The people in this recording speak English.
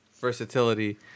versatility